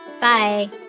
bye